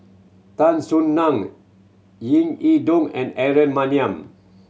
Tan Soo Nan Ying E Ding and Aaron Maniam